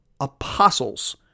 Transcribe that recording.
apostles